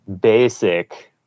basic